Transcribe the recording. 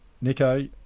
Nico